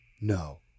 No